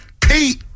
Pete